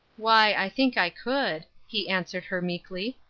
why, i think i could, he answered her meekly.